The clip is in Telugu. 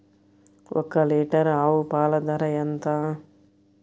ఒక్క లీటర్ ఆవు పాల ధర ఎంత?